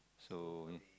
so